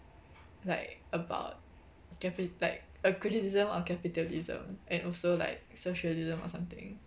like about capi~ like a criticism on capitalism and also like socialism or something